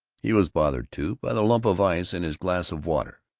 he was bothered, too, by the lump of ice in his glass of water.